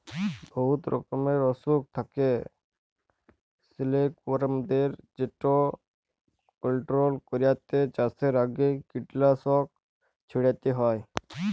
বহুত রকমের অসুখ থ্যাকে সিলিকওয়ার্মদের যেট কলট্রল ক্যইরতে চাষের আগে কীটলাসক ছইড়াতে হ্যয়